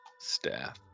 staff